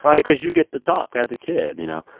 because you get the talk as a kid. you know,